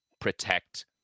protect